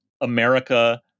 America